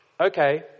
Okay